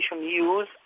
use